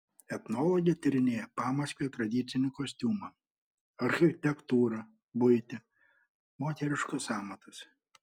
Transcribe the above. etnologė tyrinėja pamaskvio tradicinį kostiumą architektūrą buitį moteriškus amatus